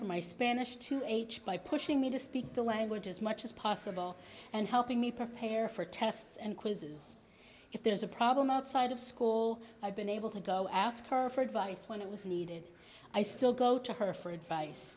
for my spanish to h by pushing me to speak the language as much as possible and helping me prepare for tests and quizzes if there's a problem outside of school i've been able to go ask her for advice when it was needed i still go to her for advice